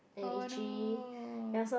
oh no